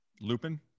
Lupin